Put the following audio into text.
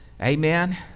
Amen